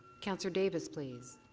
counselor davis, please?